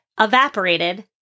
evaporated